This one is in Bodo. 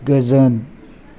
गोजोन